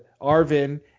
Arvin